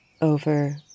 over